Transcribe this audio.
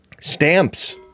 Stamps